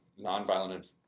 nonviolent